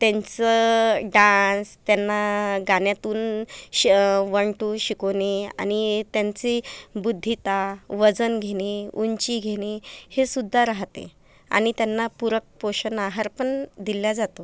त्यांचं डान्स त्यांना गाण्यातून वन टू शिकवणे आणि त्यांची बुद्धीता वजन घेणे उंची घेणे हे सुद्धा राहते आणि त्यांना पूरक पोषण आहार पण दिला जातो